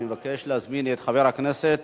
אני מבקש להזמין את חבר הכנסת